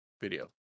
video